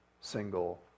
single